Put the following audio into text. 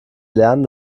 lernen